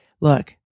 look